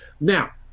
Now